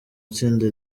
itsinda